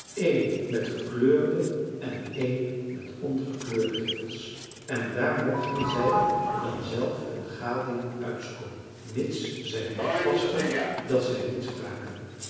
een met gekleurde en een met ongekleurde griffels en daar mochten zij dan zelf hun gading uitzoeken mits zij oppasten dat zij niets braken